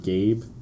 Gabe